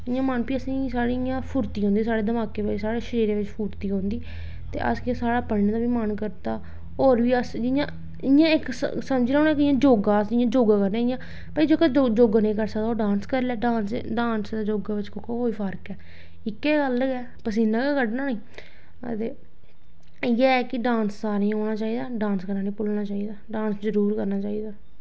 ते इ'यां मन फ्ही इ'यां साढ़े असें ई फुर्ती औंदी साढ़े दमाकै ई साढ़े शरीरै बिच्च फुर्ती औंदी ते अस केह् साढ़ा पढ़ने दा बी मन करदा होर बी अस इ'यां इ'यां इक समझना होऐ ना कि एह् इक योग अस जियां योग करने आं भई जेह्का योग नेईं करी सकदा ओह् डांस करी लै डांस डांस ते योग बिच्च कोह्का कोई फर्क ऐ इक्कै गल्ल गै पसीना गै कड्ढना ऐ ते इ'यै कि डांस सारें गी औना चाहिदा ऐ इसी भुल्लना निं चाहिदा डांस जरूर करना चाहिदा ऐ